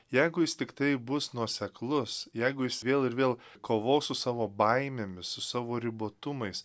jeigu jis tiktai bus nuoseklus jeigu jis vėl ir vėl kovos su savo baimėmis su savo ribotumais